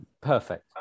Perfect